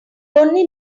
only